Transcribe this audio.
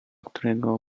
którego